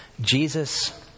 Jesus